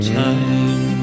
time